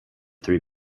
three